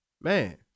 man